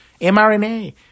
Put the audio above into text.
mRNA